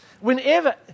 whenever